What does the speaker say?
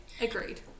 agreed